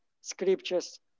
scriptures